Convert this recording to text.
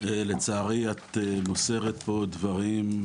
לצערי את מוסרת פה דברים,